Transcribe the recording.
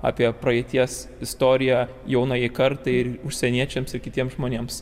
apie praeities istoriją jaunajai kartai ir užsieniečiams kitiems žmonėms